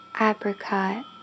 apricot